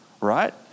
right